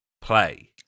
play